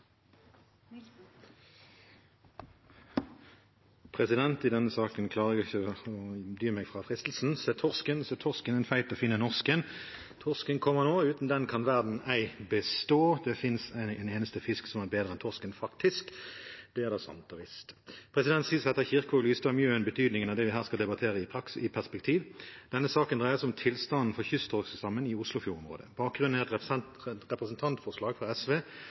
vedtatt. I denne saken klarer jeg ikke å dy meg for fristelsen: «Se torsken, se torsken, se torsken En feit og fin og norsk en» Og videre: «Torsken kommer nå Uten den kan verden ei bestå Det fins ei en eneste fisk som er bedre enn torsken faktisk det er da sant og visst» Slik setter Kirkvaag, Lystad og Mjøen betydningen av det vi her skal debattere, i perspektiv. Denne saken dreier seg om tilstanden for kysttorskstammen i Oslofjord-området. Bakgrunnen er et representantforslag fra SV